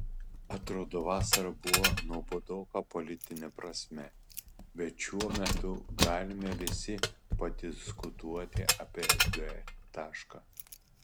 atrodo vasara buvo nuobodoka politine prasme bet šiuo metu galime visi padiskutuoti apie g tašką